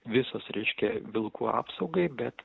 visos reiškia vilkų apsaugai bet